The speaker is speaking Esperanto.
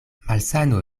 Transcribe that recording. malsano